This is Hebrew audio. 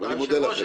אני מודה לכם.